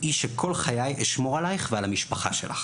דעי שכל חיי אשמור עלייך ועל המשפחה שלך"